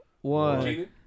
one